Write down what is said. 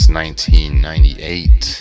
1998